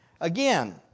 Again